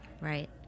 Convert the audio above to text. right